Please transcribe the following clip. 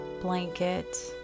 blanket